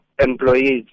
employees